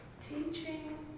Teaching